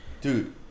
Dude